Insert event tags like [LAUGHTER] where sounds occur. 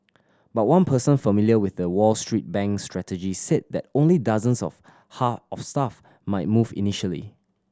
but one person familiar with the Wall Street bank's strategy said that only dozens of [UNINTELLIGIBLE] of staff might move initially